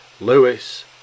Lewis